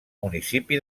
municipi